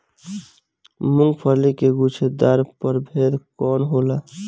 मूँगफली के गुछेदार प्रभेद कौन होला?